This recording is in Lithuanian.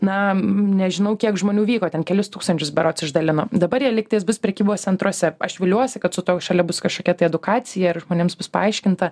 na nežinau kiek žmonių vyko ten kelis tūkstančius berods išdalino dabar jie lygtais bus prekybos centruose aš viliuosi kad su tous šalia bus kažkokia tai edukacija ir žmonėms bus paaiškinta